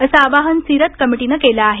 असं आवाहन सीरत कमिटीनं केलं आहे